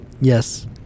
Yes